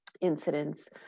incidents